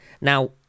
Now